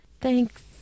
thanks